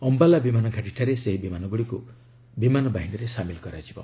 ଅମ୍ଭାଲା ବିମାନଘାଟୀଠାରେ ସେହି ବିମାନଗୁଡ଼ିକୁ ବିମାନବାହିନୀରେ ସାମିଲ କରାଯିବ